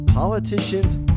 Politicians